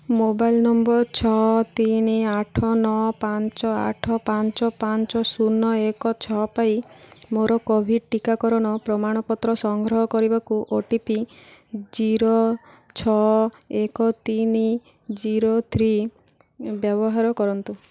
mobile number ଛଅ ତିନି ଆଠ ନଅ ପାଞ୍ଚ ଆଠ ପାଞ୍ଚ ପାଞ୍ଚ ଶୂନ ଏକ ଛଅ ପାଇଁ ମୋର କୋଭିଡ଼୍ ଟିକାକରଣ ପ୍ରମାଣପତ୍ର ସଂଗ୍ରହ କରିବାକୁ ଓ ଟି ପି ଜିରୋ ଛଅ ଏକ ତିନି ଜିରୋ ଥ୍ରୀ ବ୍ୟବହାର କରନ୍ତୁ